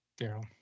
Daryl